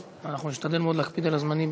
אז אנחנו נשתדל מאוד להקפיד על הזמנים,